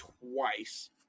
twice